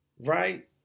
right